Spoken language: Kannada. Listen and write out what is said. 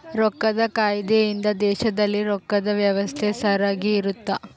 ರೊಕ್ಕದ್ ಕಾಯ್ದೆ ಇಂದ ದೇಶದಲ್ಲಿ ರೊಕ್ಕದ್ ವ್ಯವಸ್ತೆ ಸರಿಗ ಇರುತ್ತ